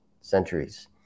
centuries